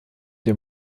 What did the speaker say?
der